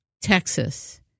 Texas